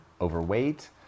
overweight